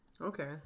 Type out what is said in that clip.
Okay